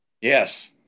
Yes